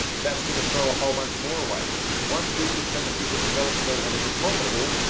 that's gonna throw a whole bunch more away. once we've determined is it developable and is it profitable?